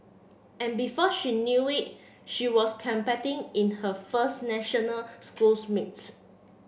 and before she knew it she was competing in her first national schools meets